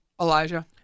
Elijah